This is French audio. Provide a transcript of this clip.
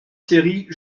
séries